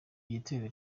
gitero